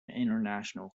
international